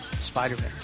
Spider-Man